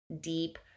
deep